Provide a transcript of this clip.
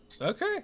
Okay